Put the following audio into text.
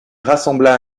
rassembla